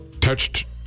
touched